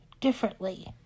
differently